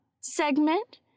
segment